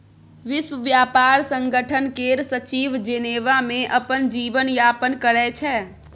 विश्व ब्यापार संगठन केर सचिव जेनेबा मे अपन जीबन यापन करै छै